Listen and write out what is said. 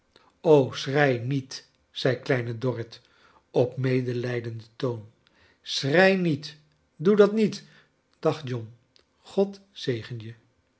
schrei niet zei kleine dorrit op medelrjdenden toon schrei niet doe dat niet dag john god zegen je